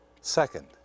Second